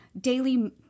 daily